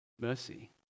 mercy